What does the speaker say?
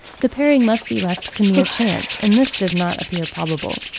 the pairing must be left to mere chance, and this does not appear probable.